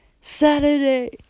Saturday